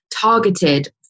targeted